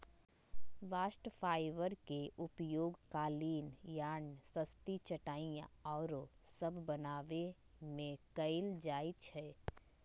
bast fibre के उपयोग कालीन, यार्न, रस्सी, चटाइया आउरो सभ बनाबे में कएल जाइ छइ